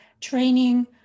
training